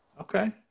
Okay